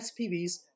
SPVs